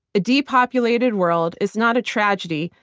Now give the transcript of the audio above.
a depopulated world is not a tragedy,